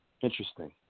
Interesting